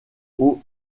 aux